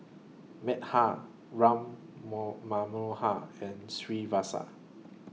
Medha Ram Mo Manohar and Srinivasa